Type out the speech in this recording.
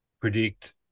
predict